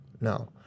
no